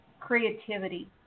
creativity